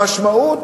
המשמעות